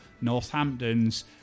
Northampton's